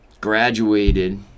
Graduated